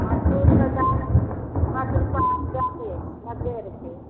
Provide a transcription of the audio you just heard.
मसूरके दालि पॉंच रूपा जादे नब्बे रुपे